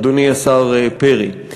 אדוני השר פרי.